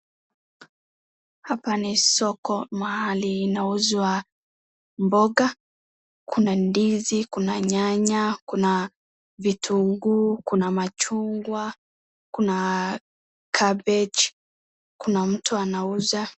Hapa ni soko mahali inauzwa mboga. Kuna ndizi, kuna nyanya, kuna vitunguu, kuna machungwa, kuna cabbage , kuna mtu anauza.